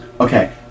Okay